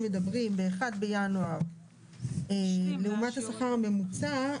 שב-1 בינואר "לעומת השכר הממוצע",